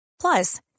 Plus